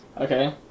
Okay